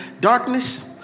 darkness